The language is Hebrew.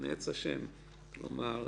נובעת מזה שכיום יש אי-ודאות מאוד גדולה.